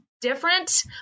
different